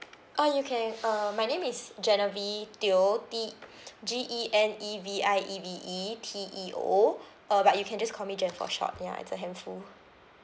oh you can uh my name is genevieve teo T G E N E V I E V E T E O uh but you can just call me gen for short ya it's a handful